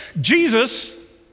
Jesus